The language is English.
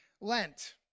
Lent